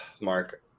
Mark